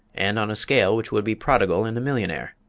and on a scale which would be prodigal in a millionaire.